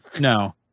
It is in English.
No